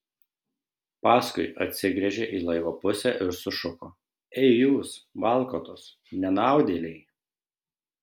paskui atsigręžė į laivo pusę ir sušuko ei jūs valkatos nenaudėliai